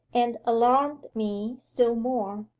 and alarmed me still more.